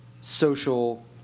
social